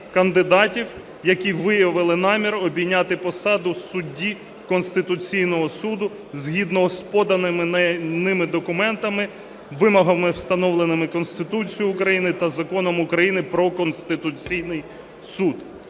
які виявили намір обійняти посаду судді Конституційного Суду згідно з поданими ними документами, вимогами, встановленими Конституцією України та Законом України про Конституційний Суд.